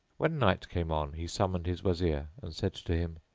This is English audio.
when night came on he summoned his wazir and said to him,